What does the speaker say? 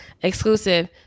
exclusive